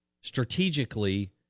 strategically